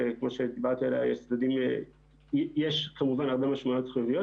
שיש לה הרבה משמעויות חיוביות,